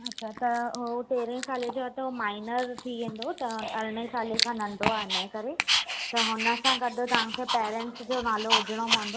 अच्छा त हो तेरहें साल जो अथव त हो माईनर थी वेंदो त अरड़हें सालें खां नंढो आहे त हिनजे करे त हुनसां गॾु तव्हांखे पेरेंट्स जो नालो विझणो पवंदो